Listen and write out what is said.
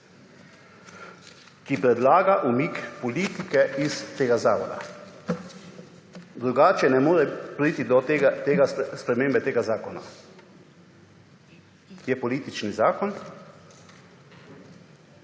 ki predlaga umik politike iz tega zavoda. Drugače ne more priti do spremembe tega zakona. Je politični zakon.